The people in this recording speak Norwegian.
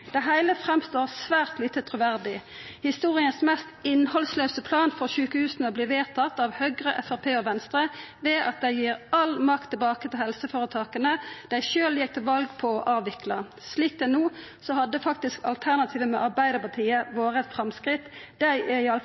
Det heile framstår svært lite truverdig. Historias mest innhaldslause plan for sjukehusa vert vedtatt av Høgre, Framstegspartiet og Venstre ved at dei gir all makt tilbake til helseføretaka som dei sjølve gjekk til val på å avvikla. Slik det er no, hadde faktisk alternativet med Arbeidarpartiet vore eit framsteg, dei er